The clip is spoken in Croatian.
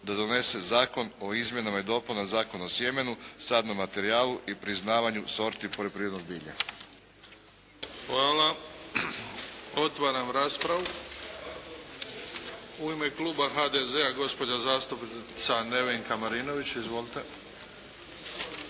da donese Zakon o izmjenama i dopunama Zakon o sjemenu, sadnom materijalu i priznavanju sorti poljoprivrednog bilja.